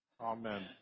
Amen